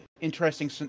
interesting